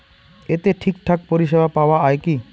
এতে ঠিকঠাক পরিষেবা পাওয়া য়ায় কি?